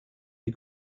die